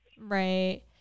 Right